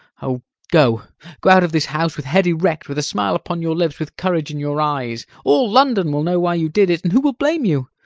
oh! go go out of this house, with head erect, with a smile upon your lips, with courage in your eyes. all london will know why you did it and who will blame you?